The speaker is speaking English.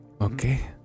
Okay